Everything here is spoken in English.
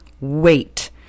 wait